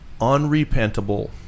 Unrepentable